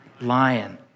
Lion